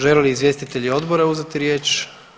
Žele li izvjestitelji odbora uzeti riječ?